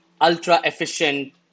ultra-efficient